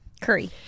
Curry